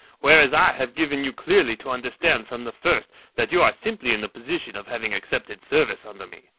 whereas i have given you clearly to understand from the first that you are simply in the position of having accepted service under me.